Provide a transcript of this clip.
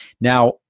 Now